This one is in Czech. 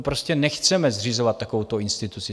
Prostě nechceme zřizovat takovouto instituci.